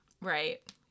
Right